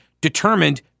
determined –